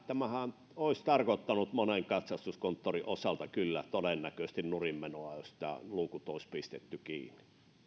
tämähän olisi tarkoittanut monen katsastuskonttorin osalta kyllä todennäköisesti nurin menoa jos luukut olisi pistetty kiinni